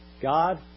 God